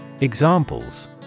Examples